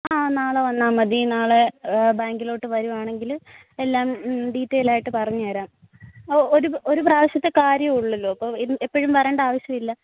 ആ നാളെ വന്നാൽ മതി നാളെ ബാങ്കിലോട്ട് വരുവാണെങ്കിൽ എല്ലാം ഡീറ്റെയിൽ ആയിട്ട് പറഞ്ഞ് തരാം ഓ ഒരു ഒരു പ്രാവശ്യത്തെ കാര്യം ഉള്ളല്ലോ അപ്പം എപ്പോഴും വരേണ്ട അവശ്യം ഇല്ല